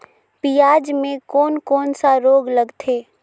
पियाज मे कोन कोन सा रोग लगथे?